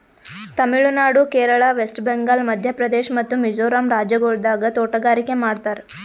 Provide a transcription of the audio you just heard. Tamil Nadu, Kerala, West Bengal, Madhya Pradesh ಮತ್ತ ಮಿಜೋರಂ ರಾಜ್ಯಗೊಳ್ದಾಗ್ ತೋಟಗಾರಿಕೆ ಮಾಡ್ತಾರ್